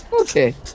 Okay